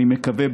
אני מקווה,